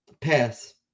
pass